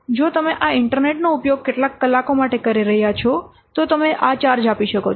જો તમે આ ઇન્ટરનેટનો ઉપયોગ કેટલાક કલાકો માટે કરી રહ્યાં છો તો તમે આ ચાર્જ આપી શકો છો